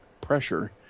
pressure